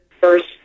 first